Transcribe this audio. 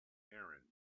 aaron